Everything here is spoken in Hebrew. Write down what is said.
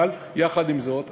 אבל יחד עם זאת,